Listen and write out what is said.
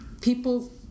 people